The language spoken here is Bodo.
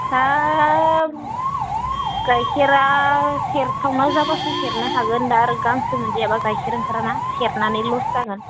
थाब गाइखेरा सेरथावना जाब्लासो सेरनो हागोन आरो गांसो मोनजायाब्ला गाइखेर ओंखारा ना सेरनानै लस जागोन